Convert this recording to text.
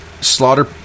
slaughter